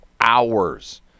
hours